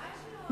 ממש לא.